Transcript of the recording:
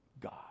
God